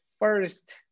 first